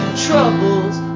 troubles